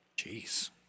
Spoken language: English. Jeez